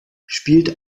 spielt